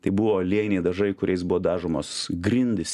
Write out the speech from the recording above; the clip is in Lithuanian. tai buvo aliejiniai dažai kuriais buvo dažomos grindys